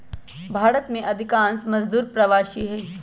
भारत में अधिकांश मजदूर प्रवासी हई